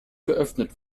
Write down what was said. geöffnet